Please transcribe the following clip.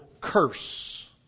curse